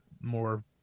more